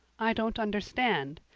i don't understand,